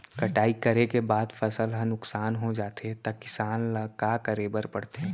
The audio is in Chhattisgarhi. कटाई करे के बाद फसल ह नुकसान हो जाथे त किसान ल का करे बर पढ़थे?